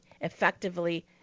effectively